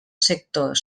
sector